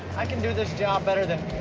i can do this job better than